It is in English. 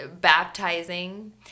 Baptizing